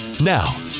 Now